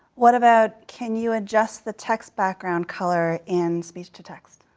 what about can you adjust the text background color in speech to text.